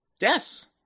yes